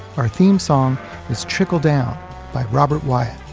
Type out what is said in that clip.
our theme song is trickle down by robert wyatt.